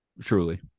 Truly